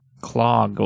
claw